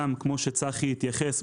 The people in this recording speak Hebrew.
כמו שצחי התייחס,